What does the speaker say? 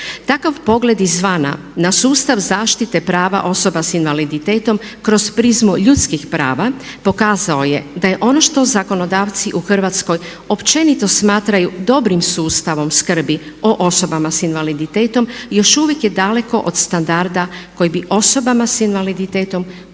Takav pogled izvana na sustav zaštite prava osoba s invaliditetom kroz prizmu ljudskih prava pokazao je da je ono što zakonodavci u Hrvatskoj općenito smatraju dobrim sustavom skrbi o osobama s invaliditetom još uvijek je daleko od standarda koji bi osobama s invaliditetom uistinu